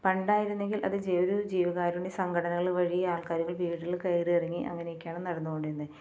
പണ്ടായിരുന്നെങ്കിൽ അത് ജിവിത ജീവകാരുണ്യ സംഘടനകൾ വഴി ആൾക്കാരുടെ വീടുകളിൽ കയറി ഇറങ്ങി അങ്ങനെയൊക്കെയാണ് നടന്നുകൊണ്ടിരുന്നത്